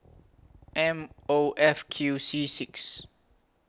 M O F Q C six